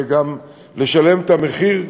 וגם לשלם את המחיר,